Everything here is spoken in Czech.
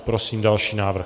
Prosím další návrh.